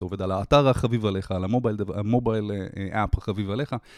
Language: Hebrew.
אתה עובד על האתר החביב עליך, על הmobile app החביב עליך